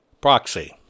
proxy